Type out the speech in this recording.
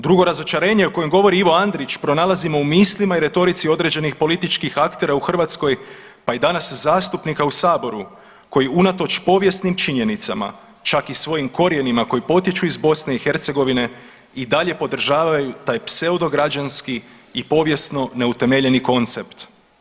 Drugo razočarenje o kojem govori Ivo Andrić pronalazimo u mislima i retorici određenih političkih aktera u Hrvatskoj, pa i danas zastupnika u Saboru koji unatoč povijesnim činjenicama čak i svojim korijenima koji potječu iz Bosne i Hercegovine i dalje podržavaju taj pseudo građanski i povijesno neutemeljeni koncept.